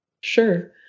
Sure